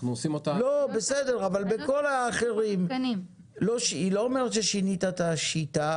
היא לא אומרת ששינית את השיטה,